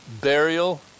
burial